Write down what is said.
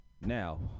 Now